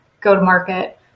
go-to-market